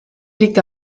liegt